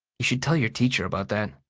should tell your teacher about that.